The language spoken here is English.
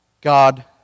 God